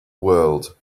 world